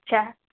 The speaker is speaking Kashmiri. اچھا